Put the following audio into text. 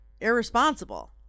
Irresponsible